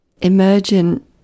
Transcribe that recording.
emergent